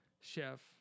Chef